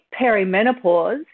perimenopause